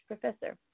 professor